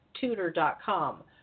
Tutor.com